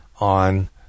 on